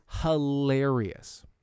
hilarious